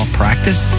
practice